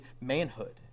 manhood